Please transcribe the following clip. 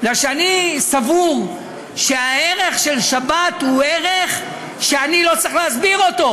כי אני סבור שהערך של שבת הוא ערך שאני לא צריך להסביר אותו,